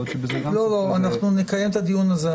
להיות --- אנחנו נקיים את הדיון הזה.